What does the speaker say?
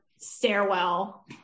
stairwell